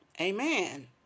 amen